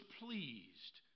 pleased